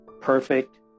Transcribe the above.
perfect